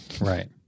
Right